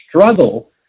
struggle